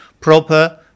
proper